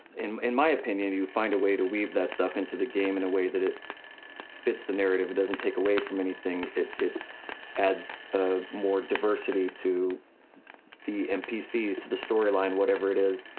in in my opinion you find a way to weave that stuff into the game in a way that it fits the narrative, it doesn't take away from anything, it it adds ah more diversity to the npcs, to the storyline, whatever it is.